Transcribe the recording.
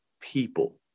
people